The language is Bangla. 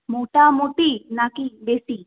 মোটামোটি নাকি বেশি